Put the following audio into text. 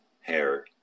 hair